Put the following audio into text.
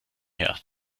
her